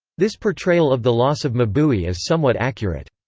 this portrayal of the loss of mabui is somewhat accurate.